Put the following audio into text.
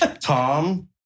Tom